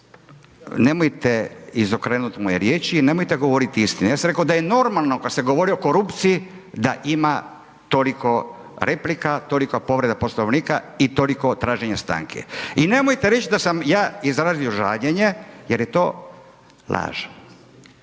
nemojte izokrenuti moje riječi, nemojte govoriti neistine, ja sam rekao da je normalno kad se govori o korupciji da ima toliko replika, toliko povreda Poslovnika i toliko traženja stanki. I nemojte reći da sam ja izrazio žaljenje jer je to laž.